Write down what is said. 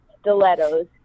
stilettos